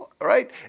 right